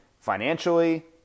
financially